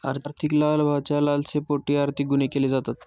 आर्थिक लाभाच्या लालसेपोटी आर्थिक गुन्हे केले जातात